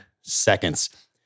seconds